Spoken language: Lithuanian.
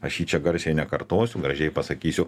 aš jį čia garsiai nekartosiu gražiai pasakysiu